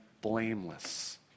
blameless